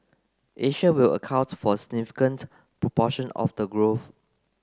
Asia will account for a significant proportion of the growth